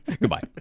Goodbye